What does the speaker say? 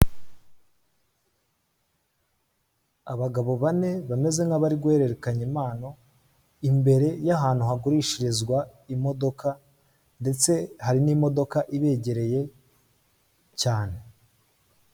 Abagabo bane bameze nk'abari guhererekanya impano, imbere y'ahantu hagurishirizwa imodoka ndetse hari n'imodoka ibegereye cyane.